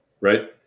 Right